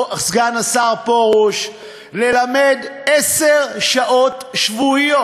סגן השר פרוש, ללמד עשר שעות שבועיות,